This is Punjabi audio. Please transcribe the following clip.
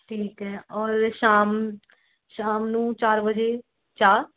ਠੀਕ ਹੈ ਔਰ ਸ਼ਾਮ ਸ਼ਾਮ ਨੂੰ ਚਾਰ ਵਜੇ ਚਾਹ